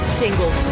single